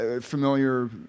familiar